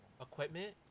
equipment